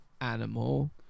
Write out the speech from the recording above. animal